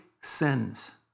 sins